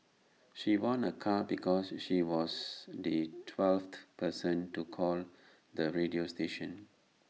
she won A car because she was the twelfth person to call the radio station